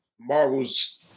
Marvel's